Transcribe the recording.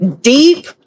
deep